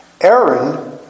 Aaron